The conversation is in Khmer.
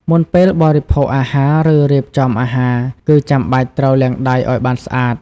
មុនពេលបរិភោគអាហារ ឬរៀបចំអាហារ គឺចាំបាច់ត្រូវលាងដៃឱ្យបានស្អាត។